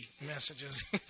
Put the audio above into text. messages